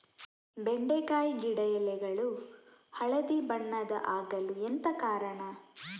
ಬೆಂಡೆಕಾಯಿ ಗಿಡ ಎಲೆಗಳು ಹಳದಿ ಬಣ್ಣದ ಆಗಲು ಎಂತ ಕಾರಣ?